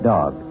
Dog